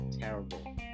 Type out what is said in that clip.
terrible